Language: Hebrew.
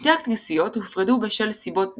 שתי הכנסיות הופרדו בשל סיבות דוקטריניות,